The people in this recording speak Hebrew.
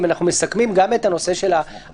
אם אנחנו מסכמים גם את הנושא של האחוזים